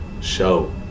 show